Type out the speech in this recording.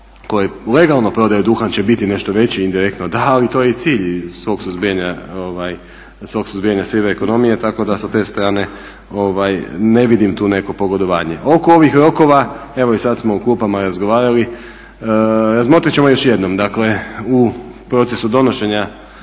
koje legalno prodaju duhan će biti nešto veći, indirektno da, ali to je cilj svog suzbijanja sive ekonomije tako da sa te strane ne vidim tu neko pogodovanje. Oko ovih rokova, evo i sad smo u klupama razgovarali, razmotrit ćemo još jednom. Dakle u procesu donošenja